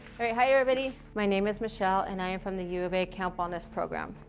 hi everybody, my name is michele and i am from the u of a camp wellness program.